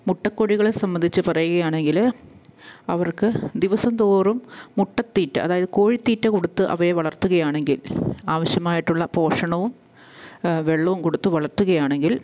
മുട്ടക്കോഴികളെ സംബന്ധിച്ച് പറയുകയാണെങ്കില് അവർക്ക് ദിവസം തോറും മുട്ടത്തീറ്റ അതായത് കോഴിത്തീറ്റ കൊടുത്ത് അവയെ വളർത്തുകയാണെങ്കിൽ ആവശ്യമായിട്ടുള്ള പോഷണവും വെള്ളവും കൊടുത്ത് വളർത്തുകയാണെങ്കിൽ